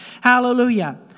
Hallelujah